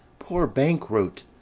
poor bankrout,